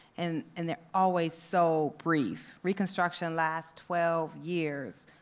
and and they're always so brief, reconstruction lasted twelve years,